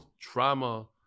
trauma